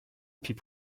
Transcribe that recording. puis